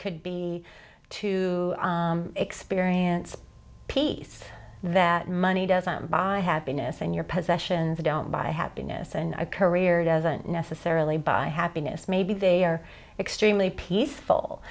could be to experience peace that money doesn't buy happiness and your possessions don't buy happiness and a career doesn't necessarily buy happiness maybe they are extremely peaceful